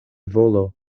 volo